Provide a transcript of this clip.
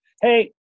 Hey